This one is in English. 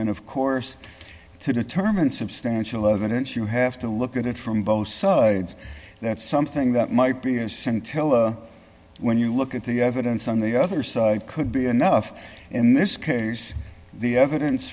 of course to determine substantial evidence you have to look at it from both sides that something that might be a scintilla when you look at the evidence on the other side could be enough in this case the evidence